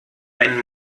einen